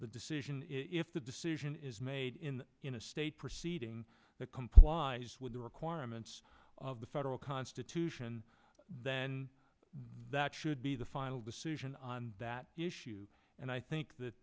the decision if the decision is made in a state proceeding that complies with the requirements of the federal constitution then that should be the final decision on that issue and i think that